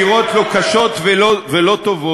ומי שחושב שהוא ימנה פעולות שנראות לו קשות ולא טובות,